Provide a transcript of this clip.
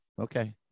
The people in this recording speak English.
Okay